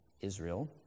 israel